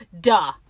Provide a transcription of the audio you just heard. Duh